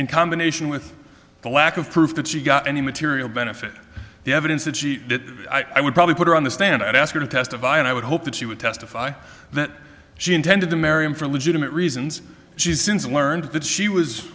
in combination with the lack of proof that she got any material benefit the evidence that she did i would probably put her on the stand and ask her to testify and i would hope that she would testify that she intended to marry him for legitimate reasons she's since learned that she was